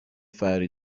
فراری